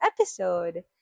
episode